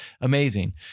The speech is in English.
Amazing